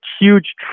huge